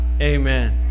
Amen